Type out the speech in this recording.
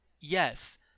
Yes